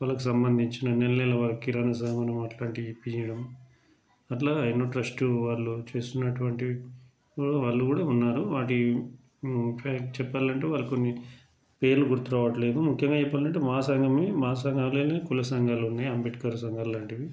వాళ్ళకి సంబంధించిన నెలనెలా వాళ్ళకి కిరాణా సామానం అట్లాంటివి ఇప్పించడం అట్లాగ ఎన్నో ట్రస్ట్ వాళ్ళు చేస్తున్నటువంటి వాళ్ళు కూడా ఉన్నారు వాటి ఫ్యాక్ట్ చెప్పాలంటే వాళ్ళు కొన్ని పేర్లు గుర్తు రావట్లేదు ముఖ్యంగా చెప్పాలంటే మా సంఘమే మా సంఘాల్లోనే కుల సంఘాలున్నాయి అంబేద్కర్ సంఘాల్లాంటివి